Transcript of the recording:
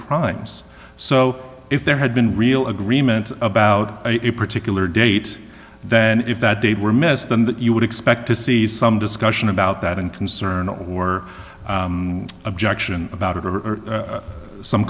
crimes so if there had been real agreement about a particular date then if that date were missed than that you would expect to see some discussion about that in concern or objection about it or some